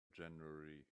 january